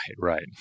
right